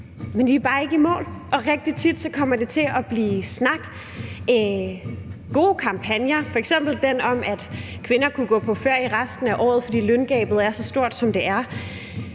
men vi er bare ikke i mål. Og rigtig tit kommer det til at blive ved snakken. Der er gode kampagner, f.eks. den om, at kvinder kunne gå på ferie resten af året, fordi løngabet er så stort, som det er.